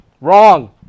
Wrong